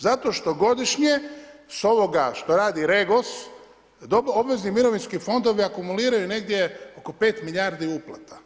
Zato što godišnje s ovoga što radi REGOS, obvezni mirovinski fondovi akumuliraju negdje oko 5 milijardi uplata.